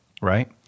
right